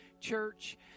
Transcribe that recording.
Church